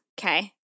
Okay